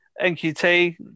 NQT